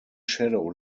shadow